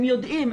הם יודעים.